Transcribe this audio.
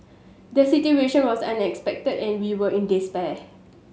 the situation was unexpected and we were in despair